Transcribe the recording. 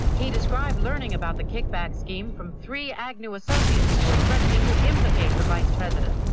he described learning about the kickback scheme from three agnew associates who were threatening to implicate the vice president.